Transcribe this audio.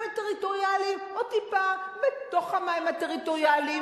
הטריטוריאליים או טיפה בתוך המים הטריטוריאליים?